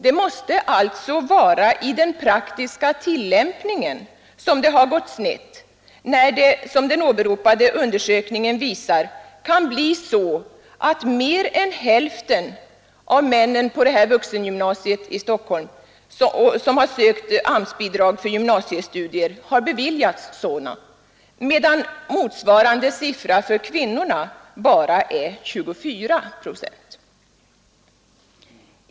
Det måste alltså vara i den praktiska tillämpningen som det gått snett när det, som den åberopade undersökningen visar, vid ett vuxengymnasium i Stockholm kan bli så att mer än hälften av de män som sökt AMS-bidrag för gymnasiestudier beviljas sådana, medan motsvarande siffra för kvinnorna bara är 24 procent.